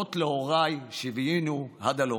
ותודות להוריי שהביאונו עד הלום.